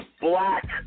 black